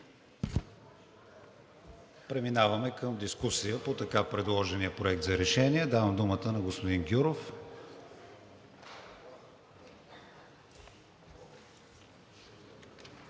Преминаваме към дискусия по така предложения Проект за решение. Давам думата на господин Гюров.